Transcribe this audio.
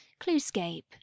Cluescape